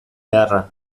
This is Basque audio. beharra